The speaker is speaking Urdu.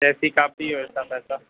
جیسی کاپی ویسا پیسہ